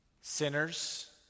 sinners